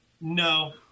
No